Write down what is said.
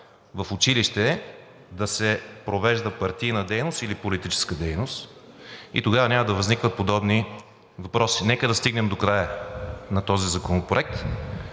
в училище да се провежда партийна дейност или политическа дейност. Тогава няма да възникват подобни въпроси. Нека да стигнем до края на този законопроект,